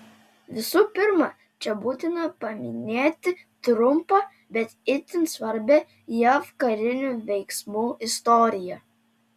visų pirma čia būtina paminėti trumpą bet itin svarbią jav karinių veiksmų istoriją